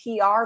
PR